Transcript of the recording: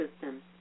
system